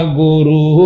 guru